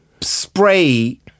spray